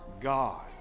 God